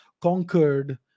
conquered